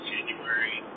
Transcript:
January